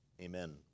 Amen